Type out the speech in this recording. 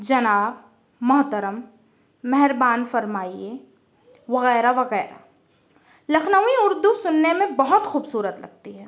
جناب محترم مہربانی فرمائیے وغیرہ وغیرہ لکھنوی اردو سننے میں بہت خوبصورت لگتی ہے